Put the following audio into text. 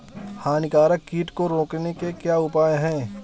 हानिकारक कीट को रोकने के क्या उपाय हैं?